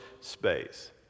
space